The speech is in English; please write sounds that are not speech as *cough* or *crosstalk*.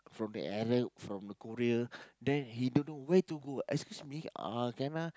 from the Arab from the Korea *breath* then he don't know where to go excuse me uh can I